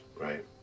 right